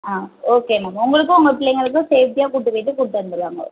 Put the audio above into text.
ஆ okay ma'am உங்களுக்கும் உங்க பிள்ளைகளுக்கும் சேஃப்டியாக கூட்டி போய்விட்டு கூட்டி வந்துடுவாங்க